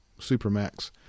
Supermax